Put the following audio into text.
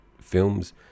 films